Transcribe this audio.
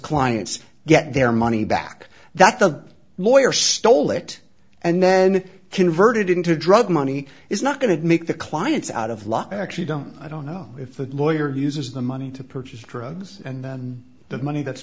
clients get their money back that the lawyer stole it and then converted into drug money is not going to make the client's out of luck i actually don't i don't know if the lawyer uses the money to purchase drugs and the money that's